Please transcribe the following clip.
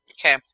Okay